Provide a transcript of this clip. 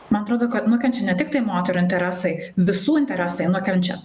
man atrodo kad nukenčia ne tiktai moterų interesai visų interesai nukenčia